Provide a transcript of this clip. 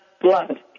blood